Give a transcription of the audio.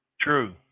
True